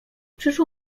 przyszło